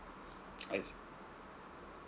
I see